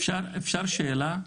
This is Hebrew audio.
אפשר שאלה?